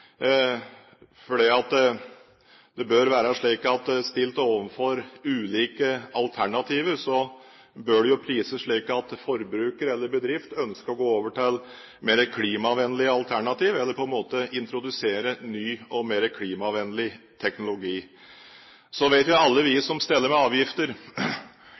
stilt overfor ulike alternativer bør det prises slik at forbruker eller bedrift ønsker å gå over til mer klimavennlige alternativer eller introdusere ny og mer klimavennlig teknologi. Så vet alle vi som steller med avgifter,